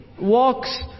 walks